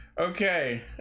okay